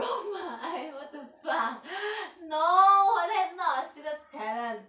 roll my eyes what the fuck no like that not secret talent